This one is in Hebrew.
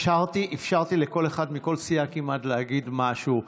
אפשרתי לכל אחד מכל סיעה כמעט להגיד משהו,